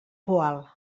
poal